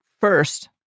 first